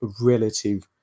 relative